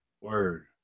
Word